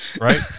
right